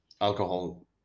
alcohol